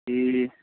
ਅਤੇ